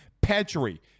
Petri